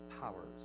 powers